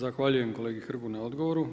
Zahvaljujem kolegi Hrgu na odgovoru.